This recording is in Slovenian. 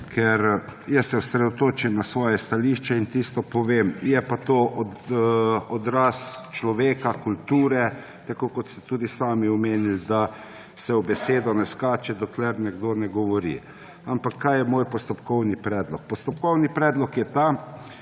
ker jaz se osredotočim na svoje stališče in tisto povem. Je pa to odraz človeka, kulture, tako kot ste tudi samo omenili, da se v besedo ne skače, dokler nekdo govori. Ampak, kaj je moj postopkovni predlog? Postopkovni predlog je ta,